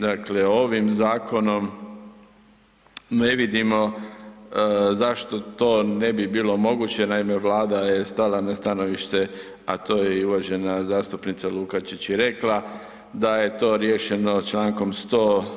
Dakle, ovim zakonom ne vidimo zašto to ne bi bilo moguće jer naime, Vlada je stala na stanovište, a to je i uvažena zastupnica Lukačić i rekla, da je to riješeno čl. 100.